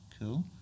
Cool